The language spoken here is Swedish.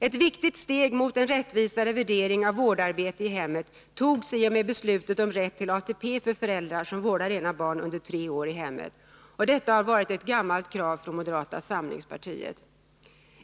Ett viktigt steg mot en rättvisare värdering av vårdarbete i hemmet togs i och med beslutet om rätt till ATP för föräldrar som vårdar egna barn under tre år i hemmet. Detta har varit ett gammalt krav från moderata samlingspartiet.